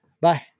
bye